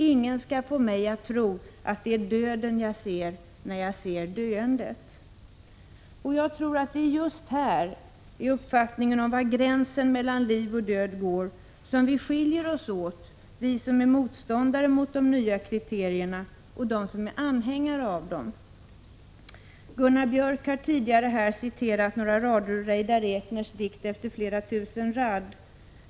Ingen skall få mig att tro att det är döden jag ser när jag ser döendet. Jag tror att det är just här, i uppfattningen om var gränsen mellan liv och död går, som vi skiljer oss åt, vi som är motståndare mot de nya kriterierna och de som är anhängare av dem. Gunnar Biörck i Värmdö har tidigare citerat några rader ur Reidar Ekners dikt Efter flera tusen rad.